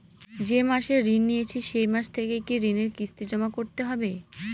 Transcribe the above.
যে মাসে ঋণ নিয়েছি সেই মাস থেকেই কি ঋণের কিস্তি জমা করতে হবে?